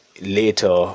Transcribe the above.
later